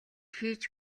хийж